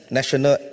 National